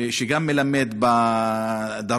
שגם מלמד בדרום,